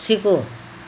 सीखो